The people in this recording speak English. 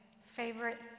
favorite